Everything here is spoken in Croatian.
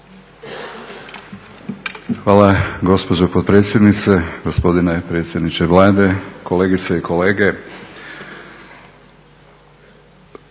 Hvala gospođo potpredsjednice, gospodine predsjedniče Vlade, kolegice i kolege.